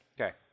Okay